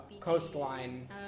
coastline